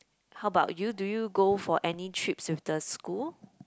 how about you do you go for any trips with the school